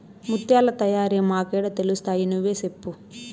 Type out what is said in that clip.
ముత్యాల తయారీ మాకేడ తెలుస్తయి నువ్వే సెప్పు